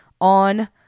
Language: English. on